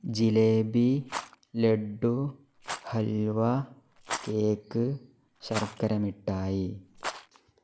jalebi laddu halwa cake ശർക്കരമിഠായി